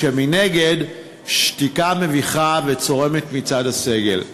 כשמנגד שתיקה מביכה וצורמת מצד הסגל.